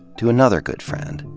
to another good friend?